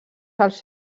als